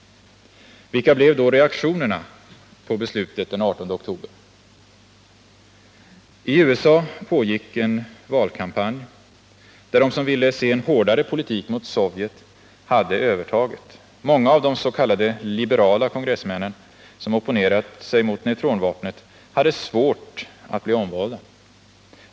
Vilka blev då reaktionerna på beslutet den 18 oktober? I USA pågick en valkampanj där de som ville se en hårdare politik mot Sovjet hade övertaget. Många av de s.k. liberala kongressmän som opponerat sig mot neutronvapnet hade svårt att bli omvalda.